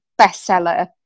bestseller